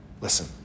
Listen